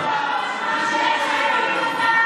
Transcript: אטבריאן.